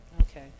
Okay